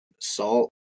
salt